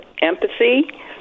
empathy